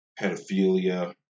pedophilia